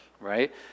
right